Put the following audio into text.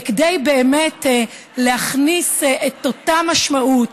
כדי להכניס את אותה משמעות,